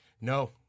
No